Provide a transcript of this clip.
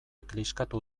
kliskatu